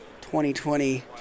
2020